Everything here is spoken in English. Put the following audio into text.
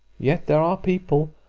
yet there are people,